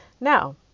Now